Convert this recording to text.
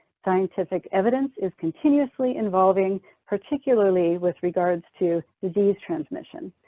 scientific evidence is continuously evolving particularly with regards to disease transmission.